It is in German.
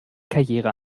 karriere